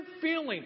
feeling